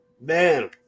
man